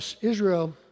Israel